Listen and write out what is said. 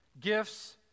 gifts